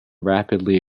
rapidly